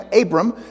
Abram